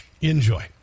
Enjoy